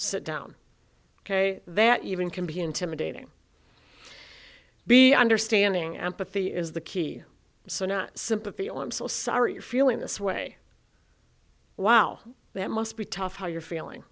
sit down ok that even can be intimidating be understanding empathy is the key so no sympathy or i'm so sorry you're feeling this way wow that must be tough how you're feeling